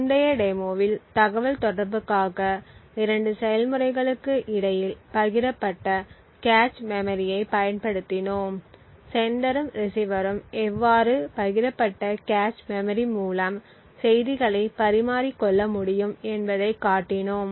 முந்தைய டெமோவில் தகவல்தொடர்புக்காக 2 செயல்முறைகளுக்கு இடையில் பகிரப்பட்ட கேச் மெமரியைப் பயன்படுத்தினோம் செண்டரும் ரிசீவரும் எவ்வாறு பகிரப்பட்ட கேச் மெமரி மூலம் செய்திகளை பரிமாறிக்கொள்ள முடியும் என்பதைக் காட்டினோம்